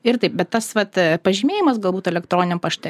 ir taip bet tas vat pažymėjimas galbūt elektroniniam pašte